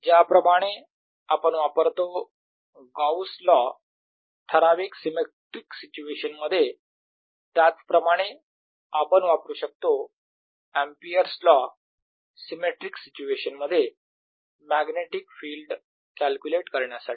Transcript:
ज्याप्रमाणे आपण वापरतो गॉस लॉ ठराविक सिमेट्रिक सिच्युएशन मध्ये त्याच प्रमाणे आपण वापरू शकतो Ampere's law Ampere's law symmetric situation मध्ये मॅग्नेटिक फिल्ड कॅल्क्युलेट करण्यासाठी